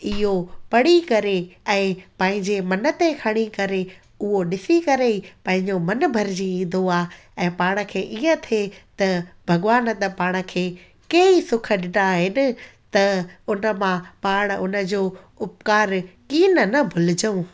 इहो पढ़ी करे ऐं पंहिंजे मन ते खणी करे उओ ॾिसी करे पंहिंजो मनु भरिजंदो आहे ऐं पाण खे इहे थिए त भॻिवानु त पाण खे केई सुख ॾींदा आहिनि त उन मां पाण उन जो उपकार की न न भुलजऊं